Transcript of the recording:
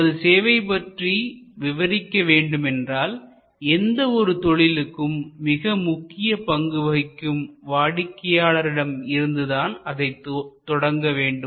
நமது சேவை பற்றி விவரிக்க வேண்டும் என்றால் எந்த ஒரு தொழிலுக்கும் மிக முக்கிய பங்கு வகிக்கும் வாடிக்கையாளர்களிடம் இருந்து தான் அதைத் தொடங்க வேண்டும்